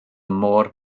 môr